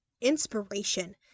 inspiration